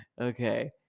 Okay